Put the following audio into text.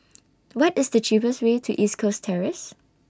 What IS The cheapest Way to East Coast Terrace